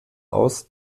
aus